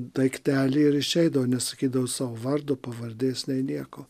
daiktelį ir išeidavo nesakydavo savo vardo pavardės nei nieko